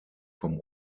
vom